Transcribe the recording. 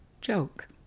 joke